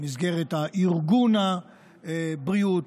במסגרת ארגון הבריאות,